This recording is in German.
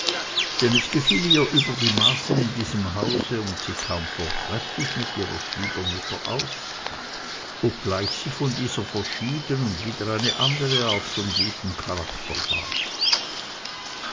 denn es gefiel ihr über die maßen in diesem hause und sie kam vortrefflich mit ihrer schwiegermutter aus obgleich sie von dieser verschieden und wieder eine andere art von gutem charakter war